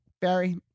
Barry